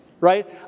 right